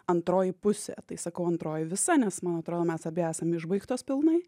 antroji pusė tai sakau antroji visa nes man atrodo mes abi esam išbaigtos pilnai